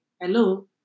hello